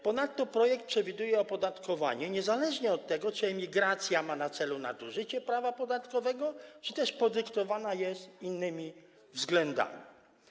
Ponadto projekt przewiduje opodatkowanie niezależnie od tego, czy emigracja ma na celu nadużycie prawa podatkowego, czy też podyktowana jest innymi względami.